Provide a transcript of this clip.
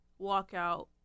walkout